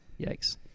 Yikes